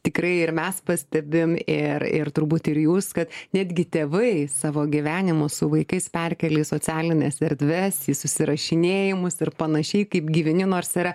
tikrai ir mes pastebim ir ir turbūt ir jūs kad netgi tėvai savo gyvenimus su vaikais perkėlė į socialines erdves į susirašinėjimus ir panašiai kaip gyveni nors yra